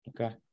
Okay